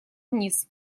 вниз